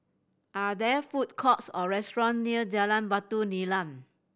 are there food courts or restaurant near Jalan Batu Nilam